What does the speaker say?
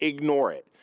ignore it.